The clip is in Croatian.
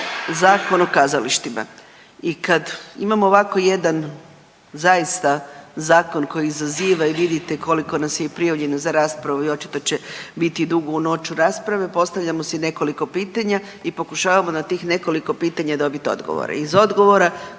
Zakon o kazalištima i kada imamo ovako jedan zaista zakon koji izaziva i vidite koliko nas je prijavljeno za raspravu i očito će biti dugo u noć rasprave postavljamo si nekoliko pitanja i pokušavamo na tih nekoliko pitanja dobiti odgovore. Iz odgovora